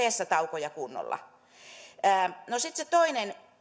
vessataukoja kunnolla sitten se toinen